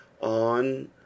on